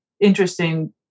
interesting